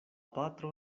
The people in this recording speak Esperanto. patro